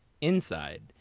Inside